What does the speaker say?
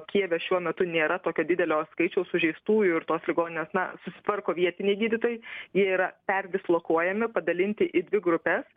kijeve šiuo metu nėra tokio didelio skaičiaus sužeistųjų ir tos ligoninės na susitvarko vietiniai gydytojai jie yra perdislokuojami padalinti į dvi grupes